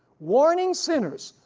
warning sinners,